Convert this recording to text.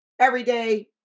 everyday